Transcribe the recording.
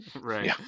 Right